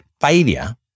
failure